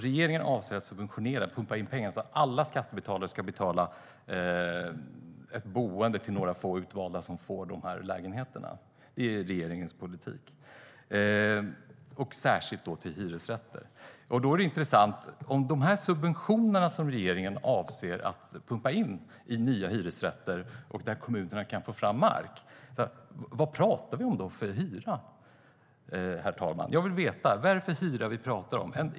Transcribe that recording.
Regeringen avser alltså att subventionera, det vill säga att pumpa in pengar, så att alla skattebetalare ska betala boendet för några få utvalda som får de här lägenheterna. Det är regeringens politik. Subventionerna ska särskilt gå till hyresrätter. Det är intressant. De här hyresrätterna som regeringen avser att pumpa in subventioner i där kommunerna kan få fram mark - vad talar vi om för hyra för dem? Jag vill veta. Vad är det för hyra vi talar om?